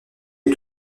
est